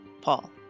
Paul